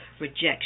rejection